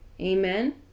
Amen